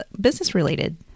business-related